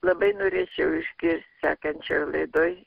labai norėčiau išgirst sekančioj laidoj